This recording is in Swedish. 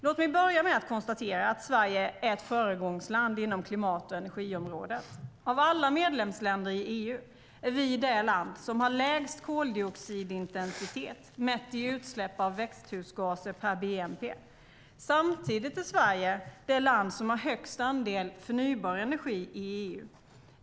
Låt mig börja med att konstatera att Sverige är ett föregångsland inom klimat och energiområdet. Av alla medlemsländer i EU är vi det land som har lägst koldioxidintensitet, mätt i utsläpp av växthusgaser per bnp. Samtidigt är Sverige det land som har högst andel förnybar energi i EU.